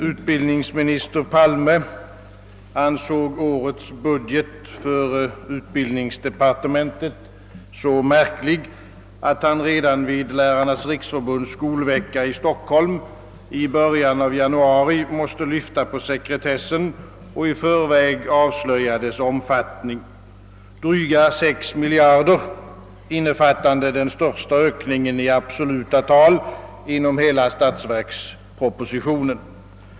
Utbildningsminister Palme ansåg årets budget för utbildnings departementet var så märklig, att han redan vid Lärarnas riksförbunds skolvecka i Stockholm i början av januari måste lyfta på sekretessen och i förväg avslöja dess omfattning — drygt 6 miljarder, innefattande den största ökningen i absoluta tal inom hela statsverkspropositionen.